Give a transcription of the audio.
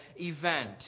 event